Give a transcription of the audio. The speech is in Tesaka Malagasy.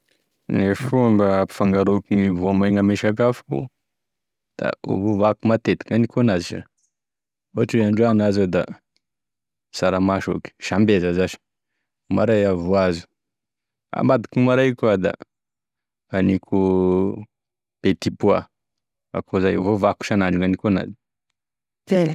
E fomba hampifangaroa e voamaigny ame sakafoko, da ovaovako matetiky gnaniko enazy sha, ohatra hoe androany aho zao da saramaso eky sambeza zash, omaray aho voajo, ambadik'omaray agniko da petit pois, akoa zay avao ovaovako isan'andro gnaniko enazy.